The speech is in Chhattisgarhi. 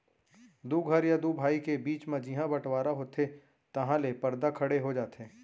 दू घर या दू भाई के बीच म जिहॉं बँटवारा होथे तहॉं ले परदा खड़े हो जाथे